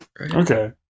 Okay